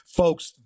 folks